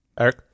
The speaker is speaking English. Eric